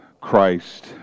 Christ